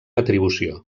atribució